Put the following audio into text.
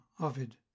Ovid